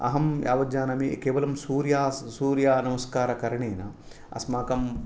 अहं यावत् जनामि अपि केवलं सूर्या सूर्यनमस्कारकरणेन अस्माकं